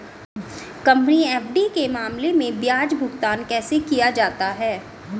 Company FD के मामले में ब्याज भुगतान कैसे किया जाता है?